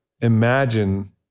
Imagine